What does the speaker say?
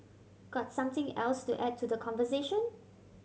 got something else to add to the conversation